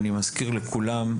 אני מזכיר לכולם,